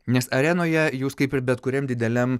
nes arenoje jūs kaip ir bet kuriam dideliam